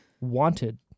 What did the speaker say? Wanted